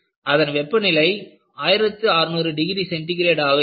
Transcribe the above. அதன் வெப்பநிலை 1600 degree centigrade ஆக இருக்கும்